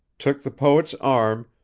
took the poet's arm,